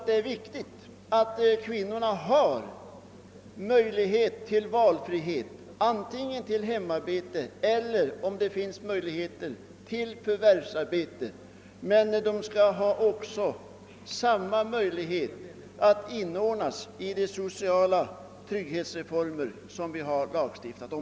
Det är viktigt att kvinnorna kan välja antingen hemarbete eller förvärvsarbete om det är möjligt för dem att få sådant. Men vilket de än väljer skall de inordnas i det system av sociala trygghetsreformer som vi har lagstiftat om.